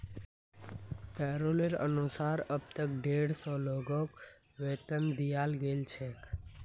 पैरोलेर अनुसार अब तक डेढ़ सौ लोगक वेतन दियाल गेल छेक